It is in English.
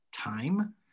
time